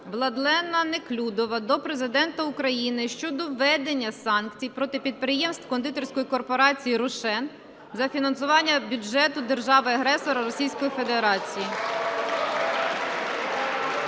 Владлена Неклюдова до Президента України щодо введення санкцій проти підприємств Кондитерської корпорації "Рошен" за фінансування бюджету держави-агресора – Російської Федерації.